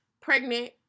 pregnant